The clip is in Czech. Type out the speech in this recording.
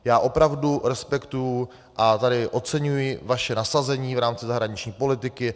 Já opravdu respektuji a tady oceňuji vaše nasazení v rámci zahraniční politiky.